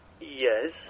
Yes